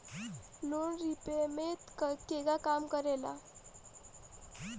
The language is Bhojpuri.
लोन रीपयमेंत केगा काम करेला?